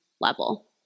level